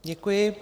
Děkuji.